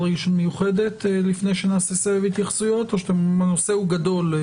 רגישות מיוחדת" לפני שנעשה סבב או שהנושא גדול?